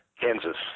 Kansas